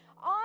on